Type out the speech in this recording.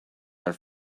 are